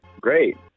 Great